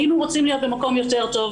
היינו רוצים להיות במקום יותר טוב,